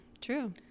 True